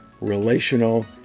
relational